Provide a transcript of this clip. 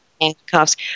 handcuffs